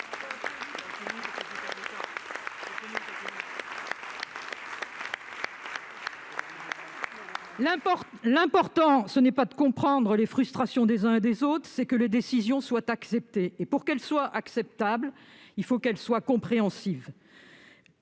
L'important n'est pas de comprendre les frustrations des uns et des autres ; c'est que les décisions soient acceptées. Or, pour qu'elles soient acceptables, il faut qu'elles soient compréhensibles.